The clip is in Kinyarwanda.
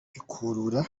bikurura